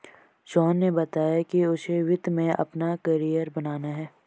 सोहन ने बताया कि उसे वित्त में अपना कैरियर बनाना है